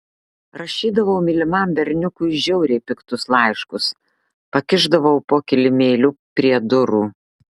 rašydavau mylimam berniukui žiauriai piktus laiškus pakišdavau po kilimėliu prie durų